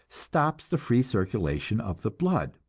stops the free circulation of the blood.